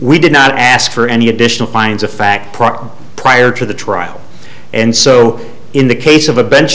we did not ask for any additional finds of fact problem prior to the trial and so in the case of a bench